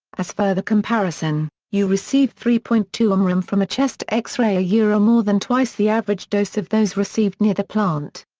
as further comparison, you receive three point two mrem from a chest x-ray ah ah more than twice the average dose of those received near the plant.